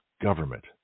government